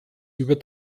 über